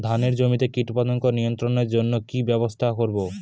ধানের জমিতে কীটপতঙ্গ নিয়ন্ত্রণের জন্য কি ব্যবহৃত করব?